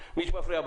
אני מניח,